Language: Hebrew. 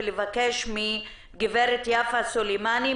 ולבקש מהגברת יפה סולימני,